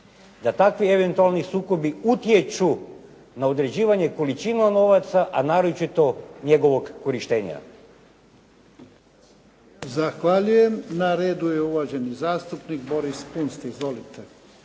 da takvi eventualni sukobi utječu na određivanje količine novaca, a naročito njegovog korištenja. **Jarnjak, Ivan (HDZ)** Zahvaljujem. Na redu je uvaženi zastupnik Boris Kunst. Izvolite.